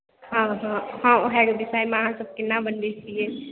हँ हँ हँ उएहके विषयमे अहाँसभ केना बनबैत छियै